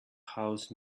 house